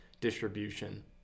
distribution